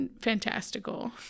fantastical